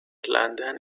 لندن